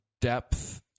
depth